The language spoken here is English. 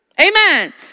Amen